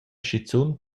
schizun